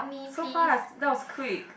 so far that was quick